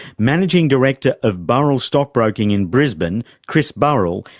managing director of burrell stockbroking in brisbane, chris burrell,